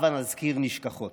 הבה נזכיר נשכחות.